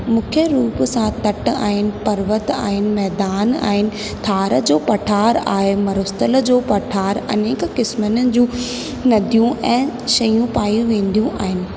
मुख्य रुप सां तट आहिनि पर्वत आहिनि मैदान आहिनि थार जो पठान आहे मरुस्थल जो पठार अनेक क़िस्मनि जूं नदियूं ऐं शयूं पयूं वेंदियूं आहिनि